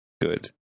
good